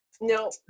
no